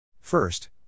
First